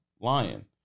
lion